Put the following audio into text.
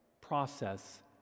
process